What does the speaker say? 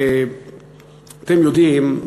אתם יודעים,